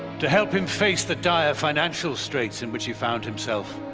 to help him face the dire financial straits in which he found himself.